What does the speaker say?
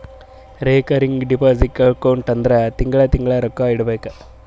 recurring deposit account ಅಂದುರ್ ತಿಂಗಳಾ ತಿಂಗಳಾ ರೊಕ್ಕಾ ಇಡಬೇಕು